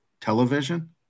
television